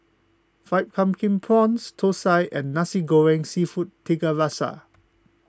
Fried Pumpkin Prawns Thosai and Nasi Goreng Seafood Tiga Rasa